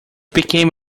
became